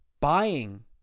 buying